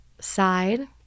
side